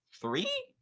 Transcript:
three